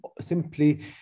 simply